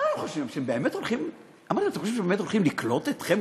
אמרתי להם: אתם חושבים שבאמת הולכים לקלוט אתכם,